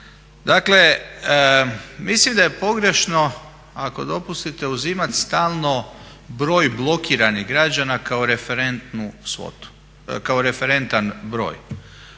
Dakle, mislim da je pogrešno ako dopustite uzimati stalno broj blokiranih građana kao referentan broj.